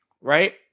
Right